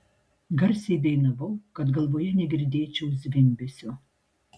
garsiai dainavau kad galvoje negirdėčiau zvimbesio